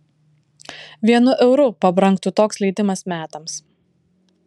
vienu euru pabrangtų toks leidimas metams